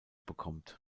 bekommt